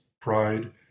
pride